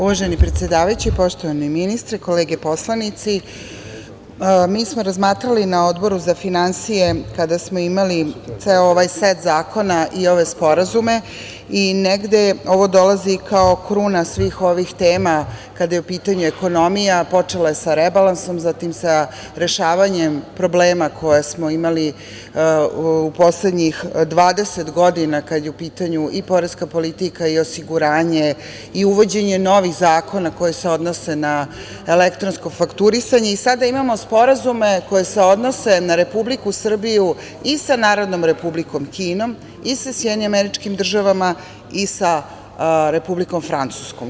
Uvaženi predsedavajući, poštovani ministre, kolege poslanici, mi smo razmatrali na Odboru za finansije kada smo imali ceo ovaj set zakona i ove sporazume i negde ovo dolazi kao kruna svih ovih tema kada je u pitanju ekonomija, počelo je sa rebalansom, zatim sa rešavanjem problema koje smo imali u poslednjih 20. godina kada je u pitanju poreska politika i osiguranje i uvođenje novih zakona koji se odnose na elektronsko fakturisanje i sada imamo sporazume koji se odnose na Republiku Srbiju i sa Narodnom Republikom Kinom, SAD i sa Republikom Francuskom.